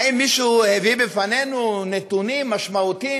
האם מישהו הציג לפנינו נתונים משמעותיים